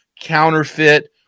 counterfeit